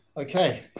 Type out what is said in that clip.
okay